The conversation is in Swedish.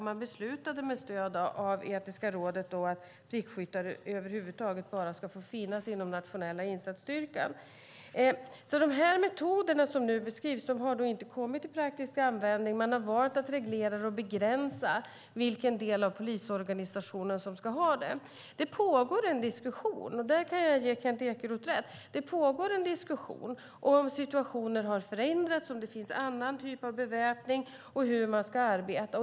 Man beslutade med stöd av Etiska rådet att prickskyttar över huvud taget bara ska få finnas inom Nationella insatsstyrkan. Dessa metoder har inte kommit till praktisk användning. Man har valt att reglera dem och begränsa vilken del av polisorganisationen som ska få använda dem. Det pågår en diskussion - där kan jag ge Kent Ekeroth rätt - om hur situationen har förändrats, huruvida det finns annan typ av beväpning och hur man ska arbeta.